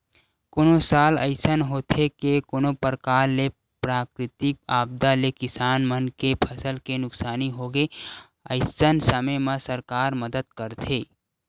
कोनो साल अइसन होथे के कोनो परकार ले प्राकृतिक आपदा ले किसान मन के फसल के नुकसानी होगे अइसन समे म सरकार मदद करथे